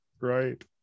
right